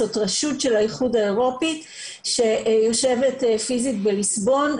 זאת רשות של האיחוד האירופי שיושבת פיזית בליסבון,